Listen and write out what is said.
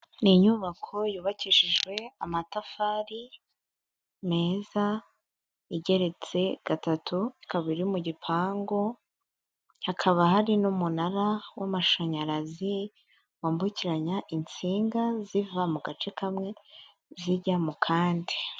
Ni inyubako yubakishijwe amatafari meza, igeretse gatatu, ikaba iri mu gipangu, hakaba hari n'umunara w'amashanyarazi, wambukiranya insinga ziva mu gace kamwe zijya mu kandi.